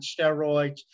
steroids